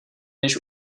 než